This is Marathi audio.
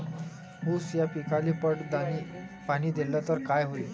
ऊस या पिकाले पट पाणी देल्ल तर काय होईन?